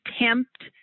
attempt